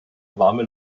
warme